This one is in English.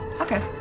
Okay